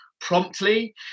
promptly